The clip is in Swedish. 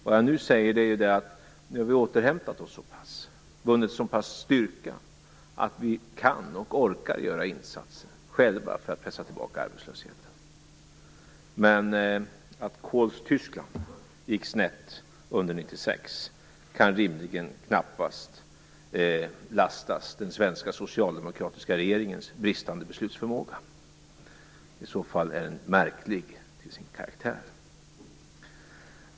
Vad jag nu säger är att vi har återhämtat oss så pass och vunnit så pass mycket styrka att vi kan och orkar göra insatser själva för att pressa tillbaka arbetslösheten. Men att Kohls Tyskland gick snett under 1996 kan rimligen knappast lastas den svenska socialdemokratiska regeringens bristande beslutsförmåga. I så fall är den märklig till sin karaktär.